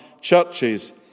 churches